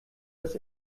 dass